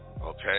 okay